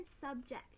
subject